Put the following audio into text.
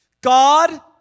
God